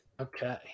Okay